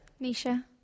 Nisha